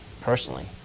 personally